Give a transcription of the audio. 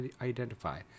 identify